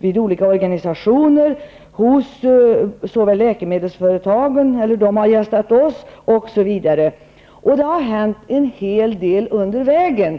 hos olika organisationer, och läkemedelsföretagen har gästat utskottet osv. Det har hänt en hel del under vägen.